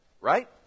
right